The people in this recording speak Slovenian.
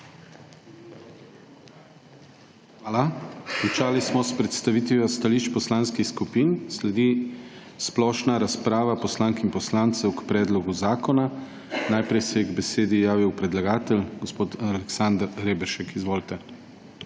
Hvala. Končali smo s predstavitvijo stališč poslanskih skupin. Sledi splošna razprava poslank in poslancev k Predlogu zakona. Najprej se je k besedi javil predlagatelj, gospod Aleksander Reberšek, izvolite.